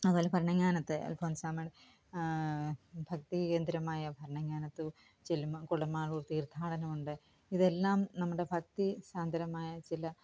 അതുപോലെ ഭരണങ്ങാനത്ത് അല്ഫോൺസാമ്മ ഭക്തി കേന്ദ്രമായ ഭരണങ്ങാനത്ത് ചെല്ലുമ്പോൾ കുടമാളൂര് തീര്ഥാടനമുണ്ട് ഇതെല്ലാം നമ്മുടെ ഭക്തി സാന്ദ്രമായ ചില